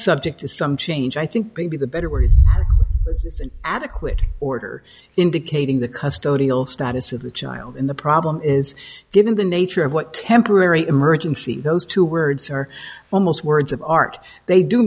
subject to some change i think maybe the better where he is an adequate order indicating the custody of status of the child in the problem is given the nature of what temporary emergency those two words are almost words of art they do